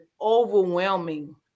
overwhelming